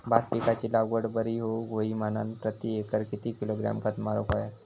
भात पिकाची लागवड बरी होऊक होई म्हणान प्रति एकर किती किलोग्रॅम खत मारुक होया?